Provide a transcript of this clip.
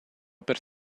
per